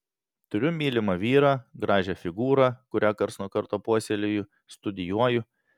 turiu mylimą vyrą gražią figūrą kurią karts nuo karto puoselėju studijuoju